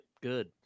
good